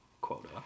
quota